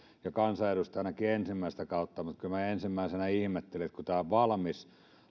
olen kansanedustajanakin ensimmäistä kautta niin kyllä minä ensimmäisenä ihmettelin että kun tämä on valmis